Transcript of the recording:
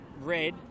red